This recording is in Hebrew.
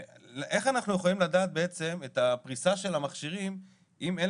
איך אנחנו יכולים לדעת את הפריסה של המכשירים אם אין